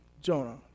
Jonah